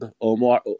Omar